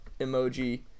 emoji